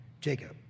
Jacob